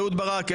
אהוד ברק,